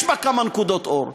יש בה כמה נקודות אור,